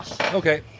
Okay